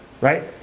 Right